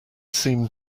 seem